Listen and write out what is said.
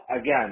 again